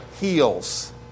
heals